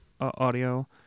audio